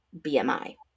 BMI